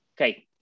Okay